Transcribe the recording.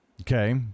Okay